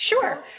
Sure